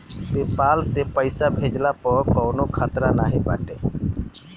PayPal से पईसा भेजला पअ कवनो खतरा नाइ बाटे